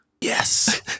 Yes